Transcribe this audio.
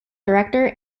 director